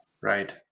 Right